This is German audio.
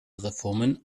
reformen